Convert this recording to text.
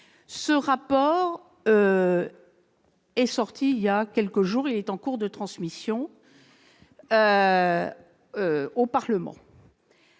Ce document est paru il y a quelques jours ; il est en cours de transmission au Parlement.